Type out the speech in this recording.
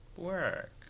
Work